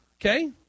Okay